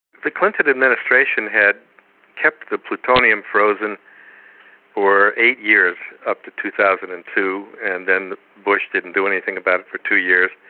the clinton administration had kept the plutonium frozen for eight years up to two thousand and two, and then bush didn't do anything about it for two years.